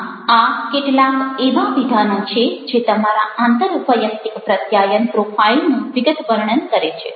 આમ આ કેટલાક એવા વિધાનો છે જે તમારા આંતરવૈયક્તિક પ્રત્યાયન પ્રોફાઈલનુ વિગતવર્ણન કરે છે